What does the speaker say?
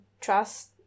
trust